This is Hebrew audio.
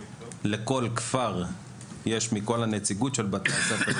לכל כפר יש ועד הורים עם נציגות של הורים מכלל בתי הספר,